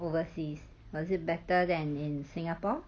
overseas was it better than in singapore